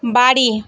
বাড়ি